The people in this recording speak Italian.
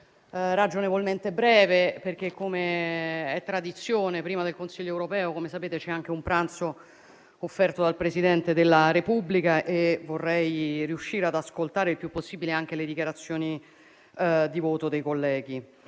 ragionevolmente breve, perché, com'è tradizione, prima del Consiglio europeo c'è anche un pranzo offerto dal Presidente della Repubblica e vorrei riuscire ad ascoltare il più possibile anche le dichiarazioni di voto dei colleghi.